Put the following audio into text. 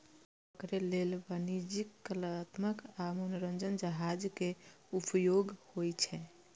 माछ पकड़ै लेल वाणिज्यिक, कलात्मक आ मनोरंजक जहाज के उपयोग होइ छै